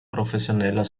professioneller